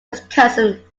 wisconsin